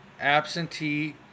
absentee